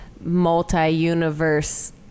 multi-universe